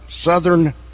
Southern